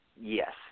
yes